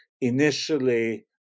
initially